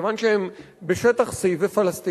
כיוון שהם בשטח C ופלסטינים,